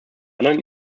anderen